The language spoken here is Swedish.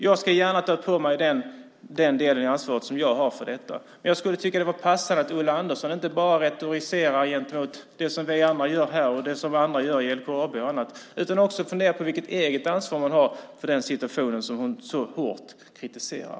Jag tar gärna på mig den del av ansvaret som jag har för detta men skulle tycka att det var passande att Ulla Andersson inte bara retoriserade gentemot det som vi andra här gör och det som andra i LKAB och så vidare gör utan också funderade på det egna ansvaret för den situation som Ulla Andersson så hårt kritiserar.